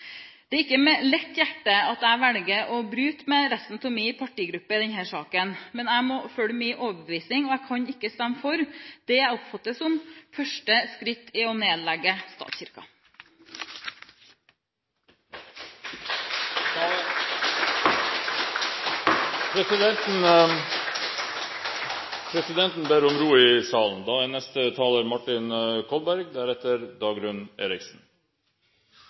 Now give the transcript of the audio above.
Det er ikke med lett hjerte jeg velger å bryte med resten av min partigruppe i denne saken. Men jeg må følge min overbevisning, og jeg kan ikke stemme for det jeg oppfatter som første skritt i å nedlegge statskirken. Presidenten ber om ro i salen. Det er